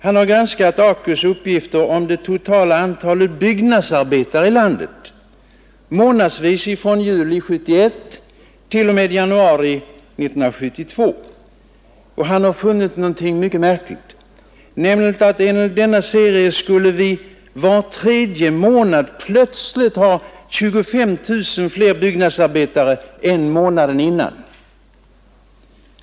Han har granskat AKU:s uppgifter om det totala antalet byggnadsarbetare i landet månadsvis från juli 1971 t.o.m. januari 1972 och han har funnit det märkliga, att enligt denna serie skulle vi var tredje månad plötsligt ha 25 000 fler byggnadsarbetare än månaden innan!